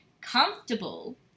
comfortable